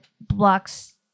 blocks